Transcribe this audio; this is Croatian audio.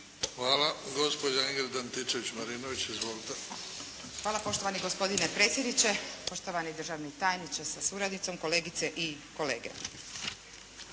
Izvolite. **Antičević Marinović, Ingrid (SDP)** Hvala poštovani gospodine predsjedniče, poštovani državni tajniče sa suradnicom, kolegice i kolege.